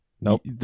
nope